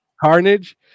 Carnage